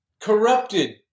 corrupted